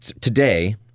today